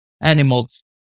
animals